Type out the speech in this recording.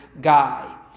guy